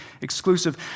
exclusive